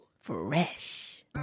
Fresh